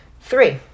Three